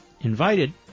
invited